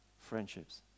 friendships